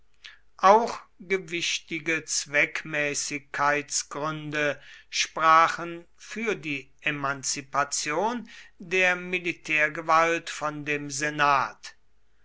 auch gewichtige zweckmäßigkeitsgründe sprachen für die emanzipation der militärgewalt von dem senat